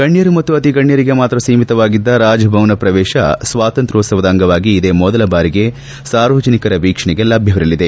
ಗಣ್ಣರು ಮತ್ತು ಅತಿ ಗಣ್ಣರಿಗೆ ಮಾತ್ರ ಸೀಮಿತವಾಗಿದ್ದ ರಾಜಭವನ ಪ್ರವೇಶ ಸ್ನಾತಂತ್ರ್ಯೋತ್ಸವ ಅಂಗವಾಗಿ ಇದೇ ಮೊದಲ ಬಾರಿಗೆ ಸಾರ್ವಜನಿಕರ ವೀಕ್ಷಣೆಗೆ ಲಭ್ಯವಿರಲಿದೆ